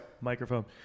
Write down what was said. microphone